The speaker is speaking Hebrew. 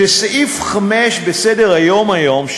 שסעיף 5 בסדר-היום היום,